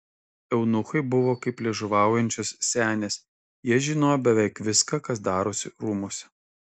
eunuchai buvo kaip liežuvaujančios senės jie žinojo beveik viską kas darosi rūmuose